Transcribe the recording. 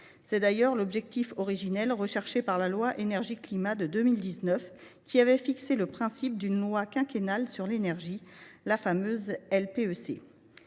C’était d’ailleurs l’objectif originel recherché par la loi Énergie climat de 2019 qui avait fixé le principe d’une loi quinquennale sur l’énergie, la fameuse loi